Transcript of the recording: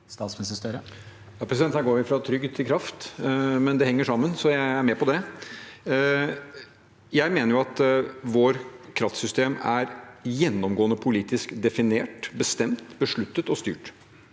Statsminister Jonas Gahr Støre Her går vi fra trygd til kraft, men det henger sammen, så jeg er med på det. Jeg mener at vårt kraftsystem er gjennomgående politisk definert, bestemt, besluttet og styrt.